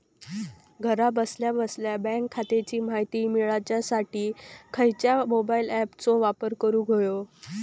घरा बसल्या बसल्या बँक खात्याची माहिती मिळाच्यासाठी खायच्या मोबाईल ॲपाचो वापर करूक होयो?